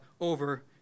over